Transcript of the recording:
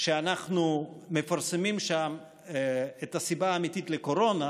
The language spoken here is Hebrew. שבו אנחנו מפרסמים את הסיבה האמיתית לקורונה,